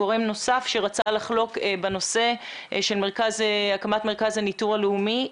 גורם נוסף שרצה לחלוק בנושא של הקמת מרכז הניטור הלאומי.